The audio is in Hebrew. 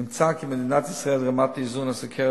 נמצא כי במדינת ישראל רמת איזון הסוכרת